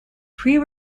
pre